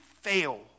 fail